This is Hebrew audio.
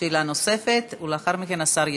שאלה נוספת, ולאחר מכן השר ישיב.